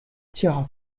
tira